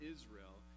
Israel